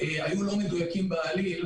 היו לא מדויקים בעליל.